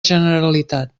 generalitat